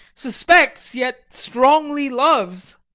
suspects, yet strongly loves!